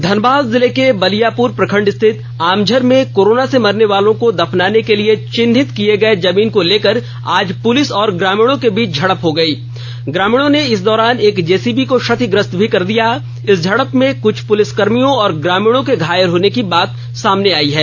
धनबाद जिले के बलियापुर प्रखंड स्थित आमझर में कोरोना से मरने वालों को दफनाने के लिए चिन्हित किए गए जमीन को लेकर आज पुलिस और ग्रामीणों के बीच झड़प हो गई ग्रामीणों ने इस दौरान एक जेसीबी को क्षतिग्रस्त भी कर दिया इस झड़प में कुछ प्रलिसकर्भियों और ग्रामीणों के घायल होने की बात सामने आई है